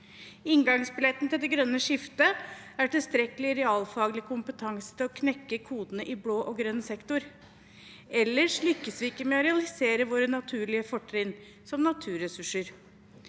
Inngangsbilletten til det grønne skiftet er tilstrekkelig realfaglig kompetanse til å knekke kodene i blå og grønn sektor, ellers lykkes vi ikke med å realisere våre naturlige fortrinn, som naturressurser.